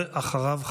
ואחריו,